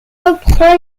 reprend